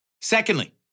Secondly